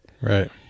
Right